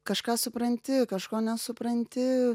kažką supranti kažko nesupranti